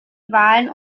wahlen